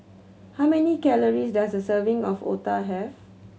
how many calories does a serving of otah have